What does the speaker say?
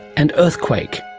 and earthquake,